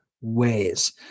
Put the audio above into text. ways